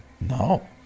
No